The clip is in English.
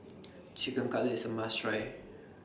Chicken Cutlet IS A must Try